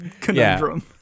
conundrum